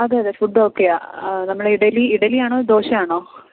അതെ അതെ food okay ആണ് ആ നമ്മുടെ ഇഡലി ഇഡലി ആണോ ദോശ ആണോ